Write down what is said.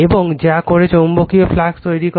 এবং যা কোরে চৌম্বকীয় ফ্লাক্স তৈরি করে